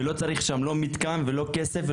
ולא צריך שם מתקנים או כסף.